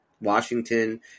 Washington